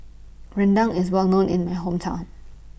Rendang IS Well known in My Hometown